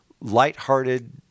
lighthearted